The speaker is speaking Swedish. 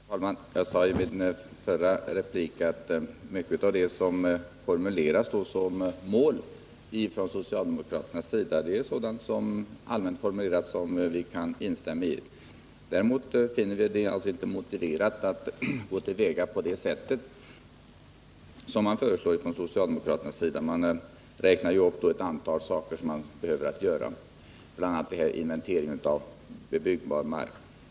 Herr talman! Jag sade i min förra replik att mycket av det som formuleras som mål från socialdemokraternas sida är sådana allmänna formuleringar som vi kan instämma i. Däremot finner vi det inte motiverat att gå till väga på det sätt som socialdemokraterna föreslår. De räknar upp ett antal saker som behöver göras, bl.a. en inventering av bebyggbar mark.